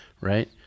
right